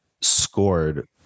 scored